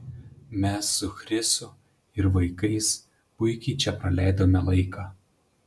mes su chrisu ir vaikais puikiai čia praleidome laiką